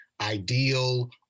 ideal